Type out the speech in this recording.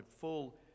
full